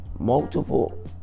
Multiple